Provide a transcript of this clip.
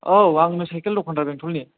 औ आंनो साइकेल दखान्दार बेंथलनि